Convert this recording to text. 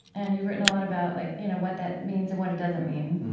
and you've written a lot about like you know what that means and what it doesn't mean,